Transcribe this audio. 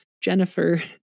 jennifer